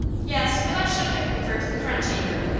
yes but i should have preferred the front chamber.